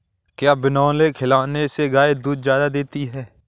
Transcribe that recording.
क्या बिनोले खिलाने से गाय दूध ज्यादा देती है?